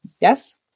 Yes